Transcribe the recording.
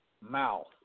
Mouth